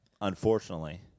Unfortunately